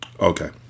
Okay